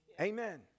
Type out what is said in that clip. Amen